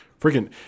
freaking